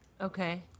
Okay